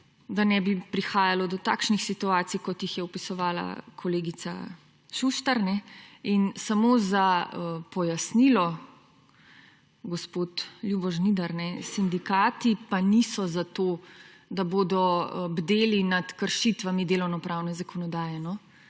da ne bi prihajalo do takšnih situacij, kot jih je opisovala kolegica Šuštar. In samo za pojasnilo gospod Ljubo Žnidar, sindikat pa niso za to, da bodo bdeli nad kršitvami delovnopravne zakonodaje.